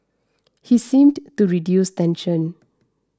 he seemed to reduce tension